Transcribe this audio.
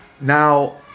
now